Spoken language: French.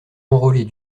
enrôler